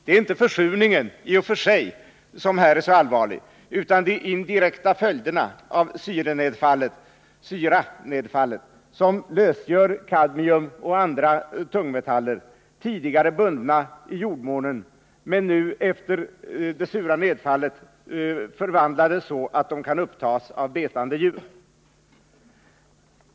Det är inte försurningen i och för sig som här är så allvarlig utan de indirekta följderna av syranedfallet, som lösgör kadmium och andra tungmetaller, tidigare bundna i jordmånen men efter det sura nedfallet förvandlade så att de kan upptas av betande djur.